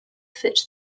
fit